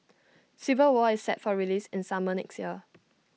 civil war is set for release in summer next year